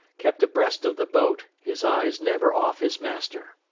kept abreast of the boat, his eyes never off his master.